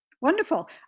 Wonderful